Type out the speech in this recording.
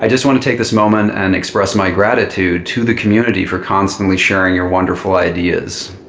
ah just want to take this moment and express my gratitude to the community for constantly sharing your wonderful ideas.